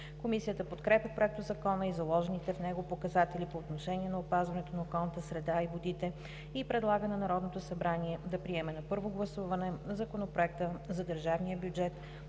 Комисията подкрепя Проектозакона и заложените в него показатели по отношение на опазването на околната среда и водите и предлага на Народното събрание да приеме на първо гласуване Законопроект за държавния бюджет